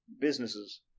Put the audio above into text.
businesses